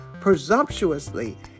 presumptuously